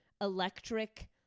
electric